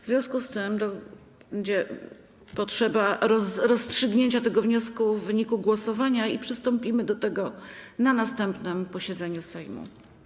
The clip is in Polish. W związku z tym będzie potrzeba rozstrzygnięcia tego wniosku w wyniku głosowania i przystąpimy do tego na następnym posiedzeniu Sejmu.